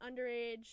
underage